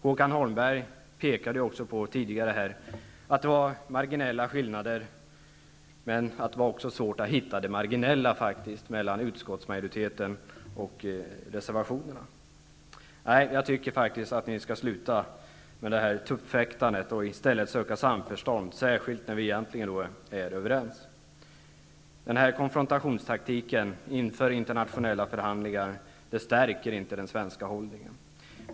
Håkan Holmberg pekade också på att det var marginella skillnader men att det även var svårt att hitta det marginella mellan utskottsmajoriteten och reservanterna. Jag tycker faktiskt att Socialdemokraterna skall sluta med det här tuppfäktandet och i stället söka samförstånd, särskilt när vi egentligen är överens. Den här konfronationstaktiken inför internationella förhandlingar stärker inte den svenska hållningen.